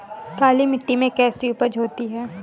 काली मिट्टी में कैसी उपज होती है?